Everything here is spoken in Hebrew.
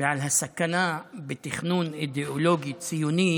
ועל הסכנה בתכנון אידיאולוגי-ציוני